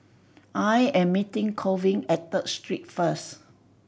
I am meeting Colvin at Third Street first